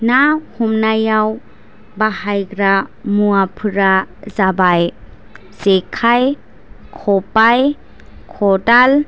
ना हमनायाव बाहायग्रा मुवाफोरा जाबाय जेखाय खबाय खदाल